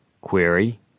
Query